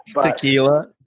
Tequila